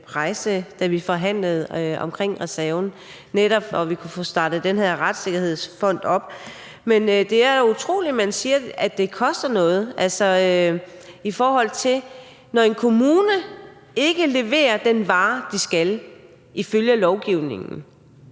da vi forhandlede om reserven, så vi netop kunne få startet den her retssikkerhedsfond op. Men det er utroligt, at man siger, at det koster noget. Altså, når en kommune ikke leverer den vare, den skal ifølge lovgivningen,